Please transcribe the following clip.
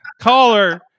Caller